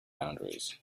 boundaries